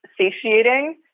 satiating